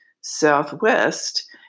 Southwest